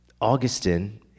Augustine